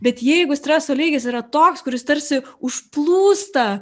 bet jeigu streso lygis yra toks kuris tarsi užplūsta